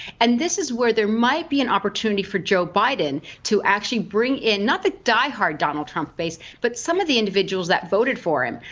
and this is where there might be an opportunity for joe biden to actually bring in, not the die hard donald trump base but some of the individuals that voted for him.